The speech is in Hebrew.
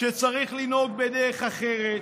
שצריך לנהוג בדרך אחרת.